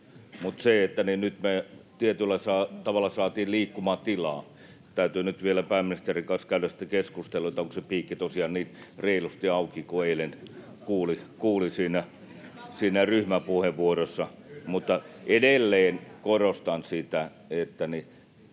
uutinen, mutta nyt me tietyllä tavalla saatiin liikkumatilaa. Täytyy nyt vielä sitten pääministerin kanssa käydä keskustelua, onko se piikki tosiaan niin reilusti auki kuin eilen kuuli siinä ryhmäpuheenvuorossa. [Perussuomalaisten ryhmästä: